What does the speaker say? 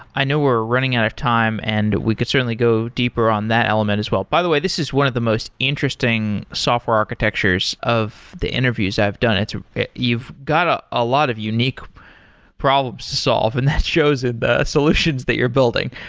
i know we're running out of time and we could certainly go deeper on that element as well. by the way, this is one of the interesting software architectures of the interviews i've done. you've got a ah lot of unique problems to solve and that shows in the solutions that you're building.